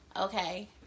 Okay